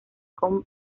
con